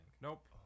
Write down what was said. Nope